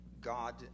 God